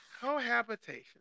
Cohabitation